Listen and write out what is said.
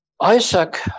Isaac